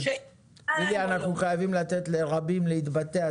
--- לילי, אנחנו חייבים לתת לרבים להתבטא.